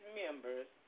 members